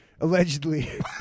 Allegedly